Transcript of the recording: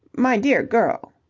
my dear girl.